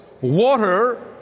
water